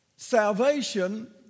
Salvation